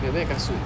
banyak banyak kasut